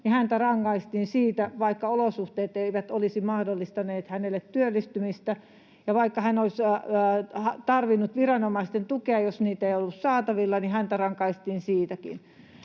niin häntä rangaistiin siitä, vaikka olosuhteet eivät olisi mahdollistaneet hänelle työllistymistä ja vaikka hän olisi tarvinnut viranomaisten tukea, ja jos sitä ei ollut saatavilla, niin häntä rangaistiin siitäkin.